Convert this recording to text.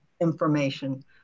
information